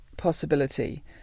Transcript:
Possibility